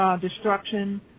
destruction